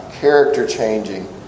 character-changing